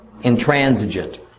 intransigent